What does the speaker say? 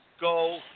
go